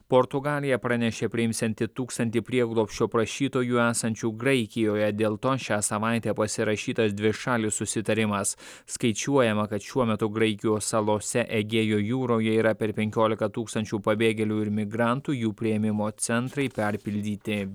portugalija pranešė priimsianti tūkstantį prieglobsčio prašytojų esančių graikijoje dėl to šią savaitę pasirašytas dvišalis susitarimas skaičiuojama kad šiuo metu graikijos salose egėjo jūroje yra per penkiolika tūkstančių pabėgėlių ir migrantų jų priėmimo centrai perpildyti